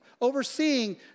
overseeing